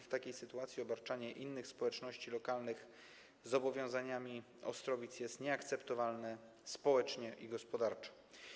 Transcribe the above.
W takiej sytuacji obarczanie innych społeczności lokalnych zobowiązaniami Ostrowic jest nieakceptowalne społecznie i gospodarczo.